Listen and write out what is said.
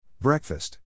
Breakfast